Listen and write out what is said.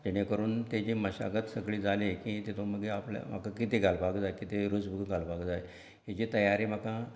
जेणे करून तेजी मशागत सगळी जाली की तेतूंत मागीर आपल्या म्हाका कितें घालपाक जाय कितें रूजव घालपाक जाय हेची तयारी म्हाका